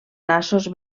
nassos